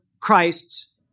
Christ's